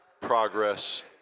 progress